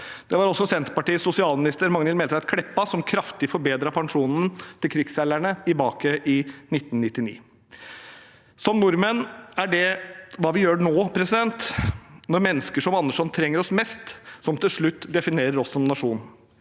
Det var også Senterpartiets sosialminister Magnhild Meltveit Kleppa som kraftig forbedret pensjonen til krigsseilerne tilbake i 1999. Som nordmenn er det hva vi gjør når mennesker som Anderson trenger oss mest, som til slutt definerer oss som nasjon.